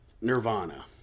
Nirvana